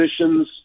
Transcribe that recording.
positions